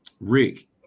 rick